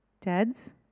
...dads